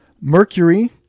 Mercury